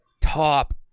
top